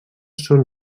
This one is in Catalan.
són